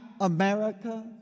America